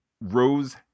Rose